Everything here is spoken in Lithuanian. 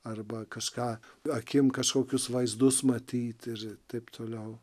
arba kažką akim kažkokius vaizdus matyt ir taip toliau